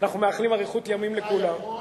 מאחלים אריכות ימים לכולם.